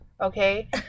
Okay